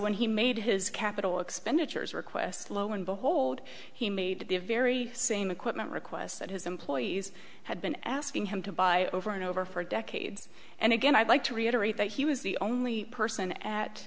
when he made his capital expenditures request lo and behold he made the very same equipment request that his employees had been asking him to buy over and over for decades and again i'd like to reiterate that he was the only person at